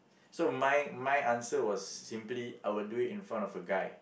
so my my answer was simply I would do it in front of a guy